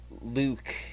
Luke